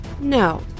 no